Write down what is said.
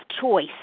choice